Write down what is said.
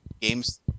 games